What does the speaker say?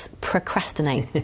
procrastinate